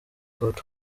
hot